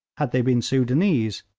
had they been soudanese,